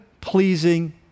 pleasing